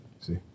See